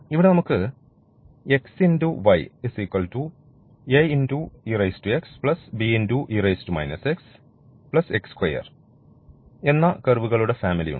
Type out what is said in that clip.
ഇവിടെ നമുക്ക് എന്ന കർവുകളുടെ ഫാമിലി ഉണ്ട്